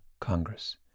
Congress